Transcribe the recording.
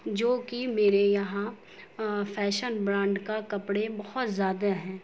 جو کہ میرے یہاں فیشن برانڈ کا کپڑے بہت زیادہ ہیں